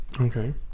Okay